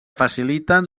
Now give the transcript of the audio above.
faciliten